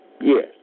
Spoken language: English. yes